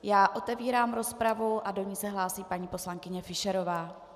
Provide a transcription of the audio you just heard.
Já otevírám rozpravu a do ní se hlásí paní poslankyně Fischerová.